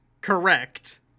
Correct